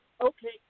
okay